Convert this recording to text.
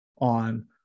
on